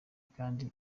kandi